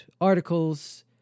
articles